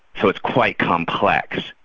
so it's quite complex.